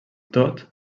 tot